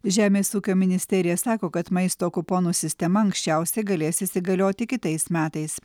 žemės ūkio ministerija sako kad maisto kuponų sistema anksčiausiai galės įsigalioti kitais metais